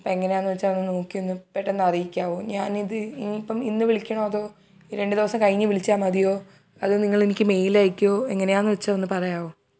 അപ്പോൾ എങ്ങനെയാണെന്ന് വച്ചാൽ ഒന്ന് നോക്കി ഒന്ന് പെട്ടെന്ന് അറിയിക്കാമോ ഞാനിത് ഇനി ഇപ്പം ഇന്ന് വിളിക്കണോ അതോ രണ്ട് ദിവസം കഴിഞ്ഞ് വിളിച്ചാൽ മതിയോ അതോ നിങ്ങളെനിക്ക് മെയിൽ അയക്കുമോ എങ്ങനെയാണെന്ന് വെച്ചാൽ ഒന്ന് പറയാമോ